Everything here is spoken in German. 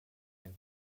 den